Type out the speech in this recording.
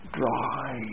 dry